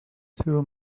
two